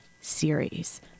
series